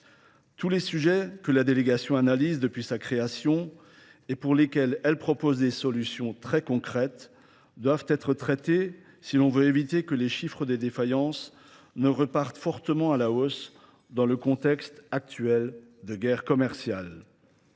Tous les sujets que la délégation analyse depuis sa création et pour lesquels elle propose des solutions très concrètes doivent être traités si l'on veut éviter que les chiffres des défaillances ne repartent fortement à la hausse dans le contexte actuel de guerre commerciale.